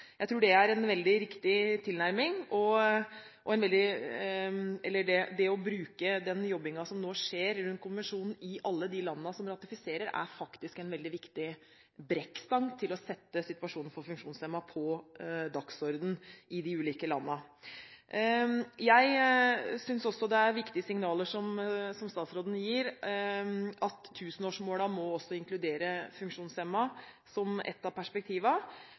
Jeg tror det er en veldig riktig tilnærming. Det å bruke det arbeidet som nå skjer med konvensjonen i alle de landene som ratifiserer, er faktisk en veldig viktig brekkstang til å sette situasjonen for funksjonshemmede på dagsordenen i de ulike landene. Jeg synes også det er viktige signaler som statsråden gir – at tusenårsmålene også må inkludere funksjonshemmede, som ett av